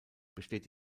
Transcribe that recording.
besteht